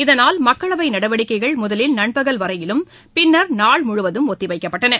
இதனால் மக்களவை நடவடிக்கைகள் முதலில் நண்பகல் வரையிலும் பின்னா் நாள்முழுவதும் ஒத்திவைக்கப்பட்டன